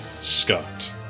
Scott